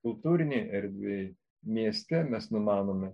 kultūrinėj erdvė mieste mes numanome